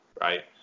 right